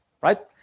right